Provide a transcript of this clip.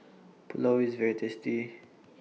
Pulao IS very tasty